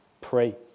pray